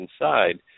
inside